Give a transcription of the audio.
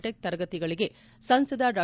tech ತರಗತಿಗಳಗೆ ಸಂಸದ ಡಾ